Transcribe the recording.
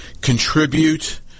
contribute